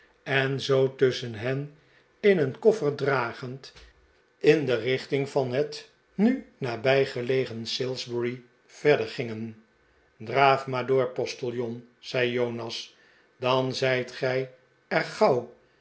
en zoo tusschen hen in een koffer dragend in de richting van het nu nab ijgelegen salisbury verder gingen draaf maar door postiljon zei jonas dan zijt gij er gauw